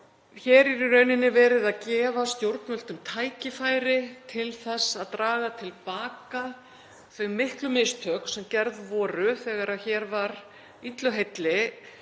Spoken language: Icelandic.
Hér er í rauninni verið að gefa stjórnvöldum tækifæri til þess að draga til baka þau miklu mistök sem gerð voru þegar hér var illu heilli